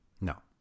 No